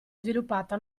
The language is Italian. sviluppata